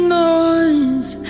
noise